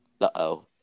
Uh-oh